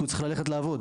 כי הוא צריך ללכת לעבוד,